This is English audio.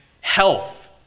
health